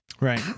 Right